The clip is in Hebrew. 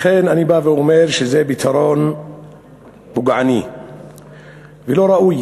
לכם אני אומר שזה פתרון פוגעני ולא ראוי,